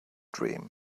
dream